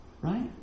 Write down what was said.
right